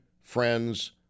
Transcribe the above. friends